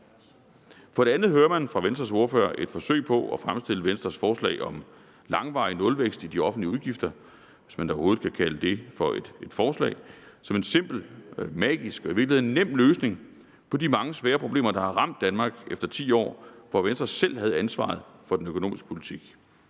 For det andet hører man fra Venstres ordfører et forsøg på at fremstille Venstres forslag om langvarig nulvækst i de offentlige udgifter – hvis man da overhovedet kan kalde det for et forslag – som en simpel, magisk og i virkeligheden nem løsning på de mange svære problemer, der har ramt Danmark efter 10 år, hvor Venstre selv havde ansvaret for den økonomiske politik.